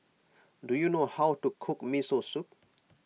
do you know how to cook Miso Soup